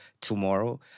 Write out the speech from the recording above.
tomorrow